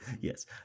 yes